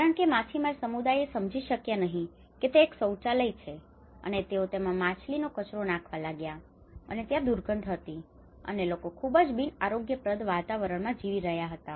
કારણ કે માછીમાર સમુદાય એ સમજી શક્યા નહીં કે તે એક શૌચાલય છે અને તેઓ તેમાં માછલીનો કચરો નાખવા લાગ્યા અને ત્યાં દુર્ગંધ હતી અને લોકો ખૂબ જ બિનઆરોગ્યપ્રદ વાતાવરણમાં જીવી રહ્યા હતા